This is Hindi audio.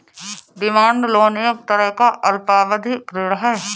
डिमांड लोन एक तरह का अल्पावधि ऋण है